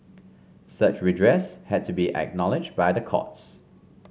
such redress had to be acknowledged by the courts